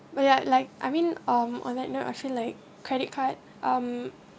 ya like I mean on on that note I feel like credit card um